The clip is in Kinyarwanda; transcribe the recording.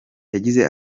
yagize